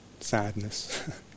sadness